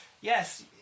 Yes